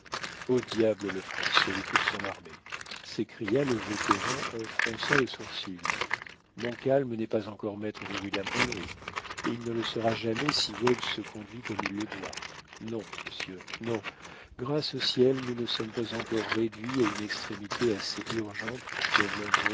au diable le français et toute son armée s'écria le vétéran en fronçant le sourcil montcalm n'est pas encore maître de william henry et il ne le sera jamais si webb se conduit comme il le doit non monsieur non grâce au ciel nous ne sommes pas encore réduits à une extrémité assez urgente pour que